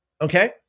Okay